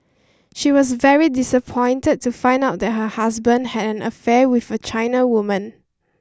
she was very disappointed to find out that her husband had an affair with a China woman